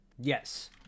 Yes